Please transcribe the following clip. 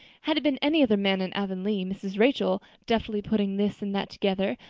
had it been any other man in avonlea, mrs. rachel, deftly putting this and that together,